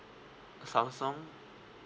Samsung